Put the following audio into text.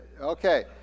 Okay